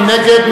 מי נגד?